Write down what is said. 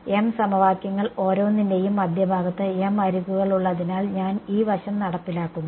m സമവാക്യങ്ങൾ ഓരോന്നിന്റെയും മധ്യഭാഗത്ത് m അരികുകൾ ഉള്ളതിനാൽ ഞാൻ ഈ വശം നടപ്പിലാക്കുന്നു